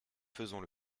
faisons